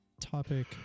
topic